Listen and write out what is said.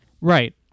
Right